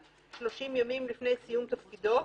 30 ימים לפני סיום תפקידו,